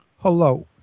hello